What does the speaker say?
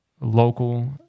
local